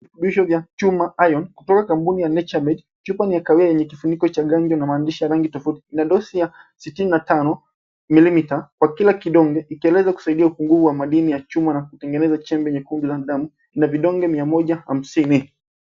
Viushao ya chuma iron kutoka kwa kampuni ya Nature Made, chupa ni ya kahawia yenye kifuniko cha ganjo na maandishi rangi tofauti na dosi ya 65 mm kwa kila kidonge, ikieleza kusaidia upungufu wa madini ya chuma na kutengeneza chembe nyekundu ya ndamu na vidonge mia moja hamsini.